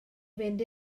fynd